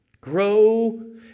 Grow